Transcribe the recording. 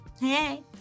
hey